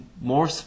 more